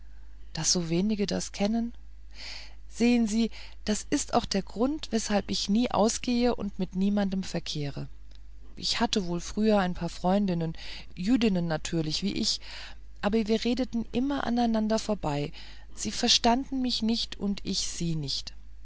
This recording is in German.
das so wenige kennen sehen sie das ist auch der grund weshalb ich nie ausgehe und mit niemand verkehre ich hatte wohl früher ein paar freundinnen jüdinnen natürlich wie ich aber wir redeten immer aneinander vorbei sie verstanden mich nicht und ich sie nicht